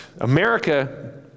America